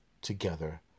together